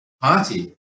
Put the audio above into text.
party